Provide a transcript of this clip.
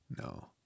No